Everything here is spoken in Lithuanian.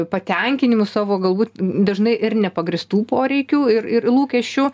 patenkinimų savo galbūt dažnai ir nepagrįstų poreikių ir ir lūkesčių